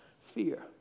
fear